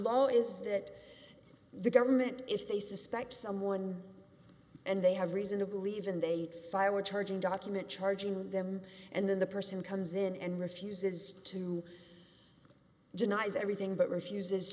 law is that the government if they suspect someone and they have reason to believe and they fire we're charging document charging them and then the person comes in and refuses to denies everything but refuses